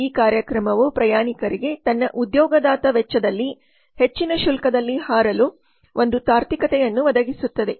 ಈ ಕಾರ್ಯಕ್ರಮವು ಪ್ರಯಾಣಿಕರಿಗೆ ತನ್ನ ಉದ್ಯೋಗದಾತ ವೆಚ್ಚದಲ್ಲಿ ಹೆಚ್ಚಿನ ಶುಲ್ಕದಲ್ಲಿ ಹಾರಲು ಒಂದು ತಾರ್ಕಿಕತೆಯನ್ನು ಒದಗಿಸುತ್ತದೆ